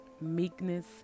meekness